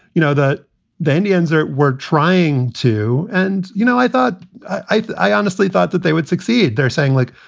you know, that the indians are we're trying to. and, you know, i thought i honestly thought that they would succeed. they're saying, like,